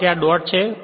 ધારો કે આ ડોટ છે